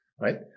right